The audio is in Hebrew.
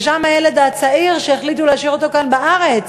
ששם הילד הצעיר שהחליטו להשאיר אותו כאן בארץ,